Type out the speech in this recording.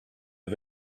all